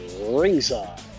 Ringside